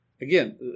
Again